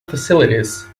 facilities